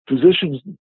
Physicians